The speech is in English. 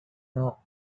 now